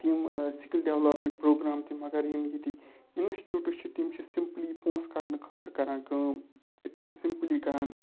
تِم skill development programme تہِ مگر یِم ییٚتِکۍ اِنسچوٗٹٕس چھِ تِم چھِ سِمپٕلی پونٛسہٕ کَڑنہٕ خٲطرٕ کَران کٲم سِمپٕلی کَران